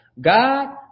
God